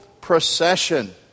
procession